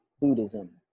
Buddhism